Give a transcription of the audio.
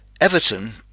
Everton